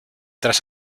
tras